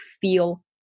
feel